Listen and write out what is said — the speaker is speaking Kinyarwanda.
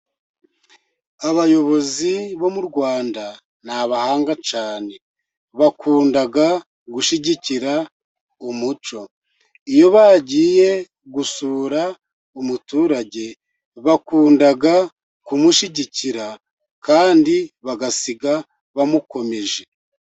Abayobozi bo mu Rwanda n'abahanga cyane, bakunda gushyigikira umuco, iyo bagiye gusura umuturage, bakunda kumushyigikira, kandi bagasiga bamukomeje.